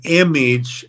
image